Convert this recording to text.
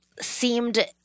seemed